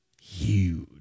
huge